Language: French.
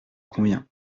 convient